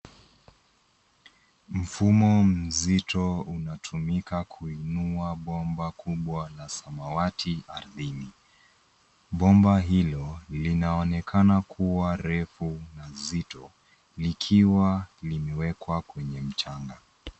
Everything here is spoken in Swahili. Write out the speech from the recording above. Mfumo mzito unatumika kuinua bomba kubwa la samawati ardhini. Bomba hilo linaonekana kua refu na zito, likiwa limewekwa kwenye mchanga.